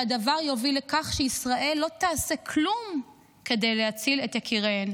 שהדבר יוביל לכך שישראל לא תעשה כלום כדי להציל את יקיריהן.